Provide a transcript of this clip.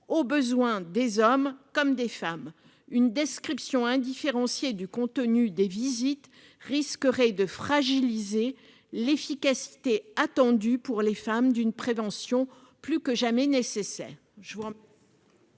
aux besoins des hommes comme des femmes, une description indifférencié du contenu des visites risquerait de fragiliser l'efficacité attendue pour les femmes d'une prévention plus que jamais nécessaire